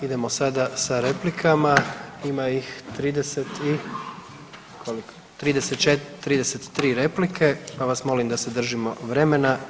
Idemo sada sa replikama, ima ih 34. 33 replike pa vas molim da se držimo vremena.